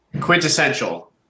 quintessential